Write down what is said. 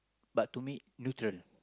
but to me neutral